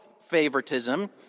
favoritism